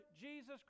Jesus